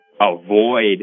avoid